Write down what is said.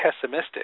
pessimistic